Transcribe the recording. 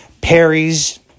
Perry's